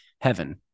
heaven